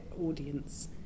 Audience